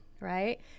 right